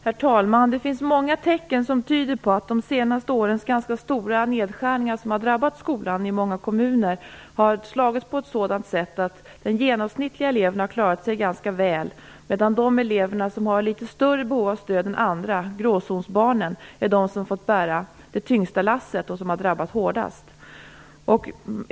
Herr talman! Det finns många tecken som tyder på att de senaste årens ganska stora nedskärningar som har drabbat skolan i många kommuner har slagit på ett sådant sätt att de genomsnittliga eleverna klarat sig ganska väl, medan de elever som har litet större behov av stöd än andra, gråzonsbarnen, fått bära det tyngsta lasset och drabbats hårdast.